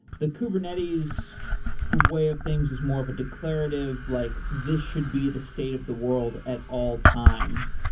the kubernetes way of things is more of declarative, like this should be the state of the world at all times.